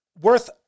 worth